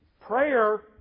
Prayer